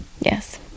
Yes